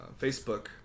Facebook